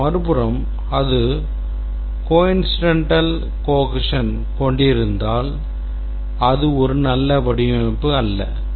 ஆனால் மறுபுறம் அது coincidental cohesion கொண்டிருந்தால் அது ஒரு நல்ல வடிவமைப்பு அல்ல